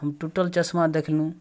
ओ टुटल चश्मा देखलहुॅं